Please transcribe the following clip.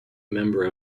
member